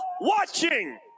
watching